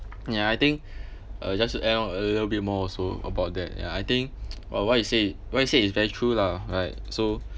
ya I think uh just to add on a little more also about that ya I think uh what you say what you said it's very true lah right so